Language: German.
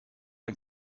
ein